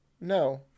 No